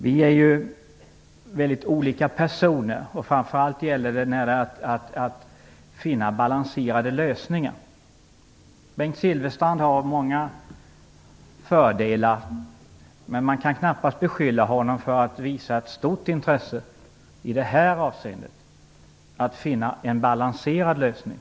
Vi är väldigt olika personer, framför allt när det gäller att finna balanserade lösningar. Bengt Silfverstrand har många fördelar, men man kan knappast beskylla honom för att visa stort intresse i det här avseendet - dvs. för att finna en balanserad lösning.